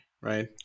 right